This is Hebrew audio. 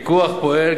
הפיקוח פועל,